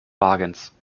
wagens